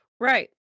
Right